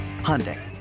Hyundai